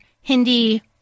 Hindi